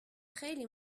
خیلی